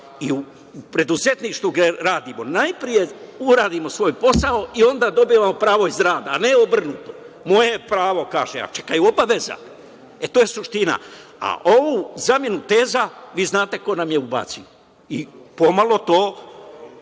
i u preduzetništvu gde radimo. Najpre uradimo svoj posao i onda dobijamo prava iz rada, a ne obrnuto. Moje pravo, kaže. Čekaj, a obaveze? To je suština. A, ovu zamenu teza, vi znate ko nam je ubacio i pomalo to